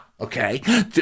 Okay